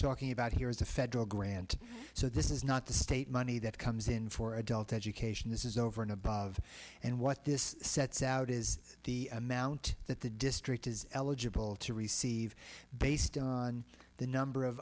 talking about here is a federal grant so this is not the state money that comes in for adult education this is over and above and what this sets out is the amount that the district is eligible to receive based on the number of